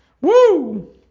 Woo